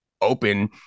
open